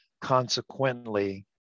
consequently